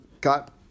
got